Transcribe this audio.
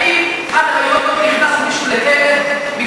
האם עד היום נכנס מישהו לכלא בגלל,